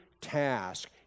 task